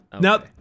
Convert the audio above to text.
Now